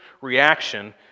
reaction